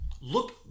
look